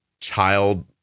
child